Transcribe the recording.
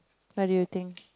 what do you think